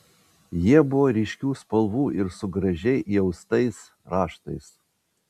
jie buvo ryškių spalvų ir su gražiai įaustais raštais